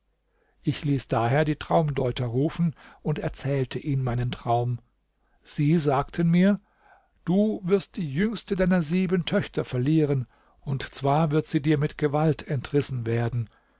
ich ließ daher die traumdeuter rufen und erzählte ihnen meinen traum sie sagten mir du wirst die jüngste deiner sieben töchter verlieren und zwar wird sie dir mit gewalt entrissen werden